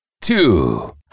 two